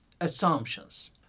assumptions